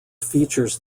features